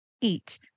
eat